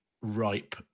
ripe